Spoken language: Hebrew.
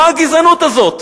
מה הגזענות הזאת?